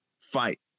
fight